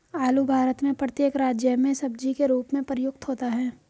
आलू भारत में प्रत्येक राज्य में सब्जी के रूप में प्रयुक्त होता है